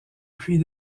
pluie